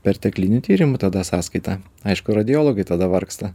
perteklinių tyrimų tada sąskaita aišku radiologai tada vargsta